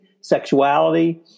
sexuality